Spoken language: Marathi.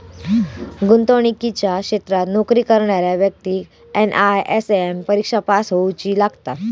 गुंतवणुकीच्या क्षेत्रात नोकरी करणाऱ्या व्यक्तिक एन.आय.एस.एम परिक्षा पास होउची लागता